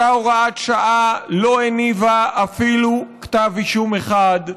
אותה הוראת שעה לא הניבה אפילו כתב אישום אחד,